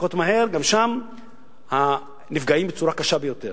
שמתחלקות מהר, גם שם נפגעים בצורה קשה ביותר.